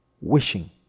wishing